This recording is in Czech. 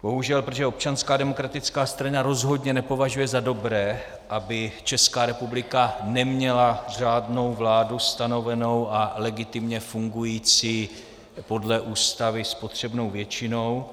Bohužel, protože Občanská demokratická strana rozhodně nepovažuje za dobré, aby Česká republika neměla žádnou vládu stanovenou a legitimně fungující podle Ústavy s potřebnou většinou.